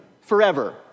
forever